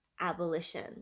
abolition